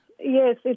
Yes